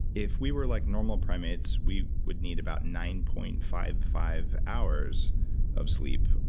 if we were like normal primates, we would need about nine point five five hours of sleep,